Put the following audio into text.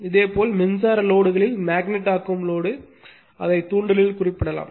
இதேபோல் மின்சார லோடுகளில் மேக்னட் ஆக்கும் லோடு அதை தூண்டலில் குறிப்பிடலாம்